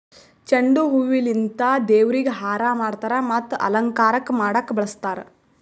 ಚೆಂಡು ಹೂವಿಲಿಂತ್ ದೇವ್ರಿಗ್ ಹಾರಾ ಮಾಡ್ತರ್ ಮತ್ತ್ ಅಲಂಕಾರಕ್ಕ್ ಮಾಡಕ್ಕ್ ಬಳಸ್ತಾರ್